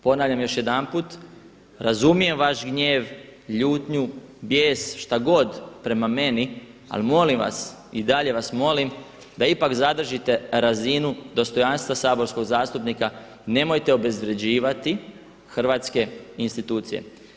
Ponavljam još jedanput, razumijem vaš gnjev, ljutnju, bijes, šta god prema meni ali molim vas i dalje vas molim da ipak zadržite razinu dostojanstva saborskog zastupnika, nemojte obezvrjeđivati hrvatske institucije.